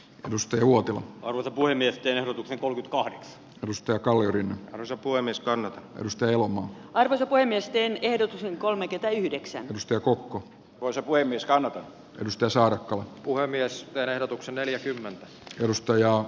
kadusta juotu olut puhemies ehdotuksen kolkytkahdeksan risto kalliorinne osapuolen niskanen risto jalo vetokoe nesteen ehdotus on kolme kertaa yhdeksäntoista koko asevoimista nato edustan saarten puhemies ja verotuksen neljäkymmentä edustajaa